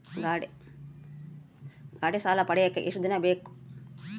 ಗಾಡೇ ಸಾಲ ಪಡಿಯಾಕ ಎಷ್ಟು ದಿನ ಬೇಕು?